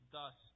Thus